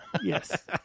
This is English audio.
Yes